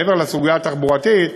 מעבר לסוגיה התחבורתית,